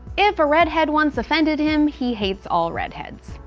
if a redhead once offended him, he hates all redheads.